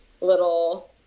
little